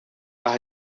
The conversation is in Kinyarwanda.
aha